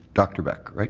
dr. beck,